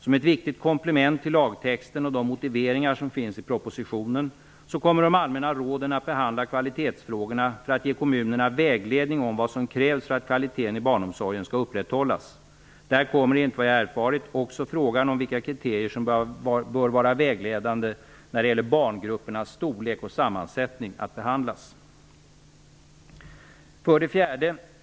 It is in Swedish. Som ett viktigt komplement till lagtexten och de motiveringar som finns i propositionen kommer de allmänna råden att behandla kvalitetsfrågorna för att ge kommunerna vägledning om vad som krävs för att kvaliteten i barnomsorgen skall upprätthållas. Där kommer enligt vad jag har erfarit också frågan om vilka kriterier som bör vara vägledande när det gäller barngruppernas storlek och sammansättning att behandlas. 4.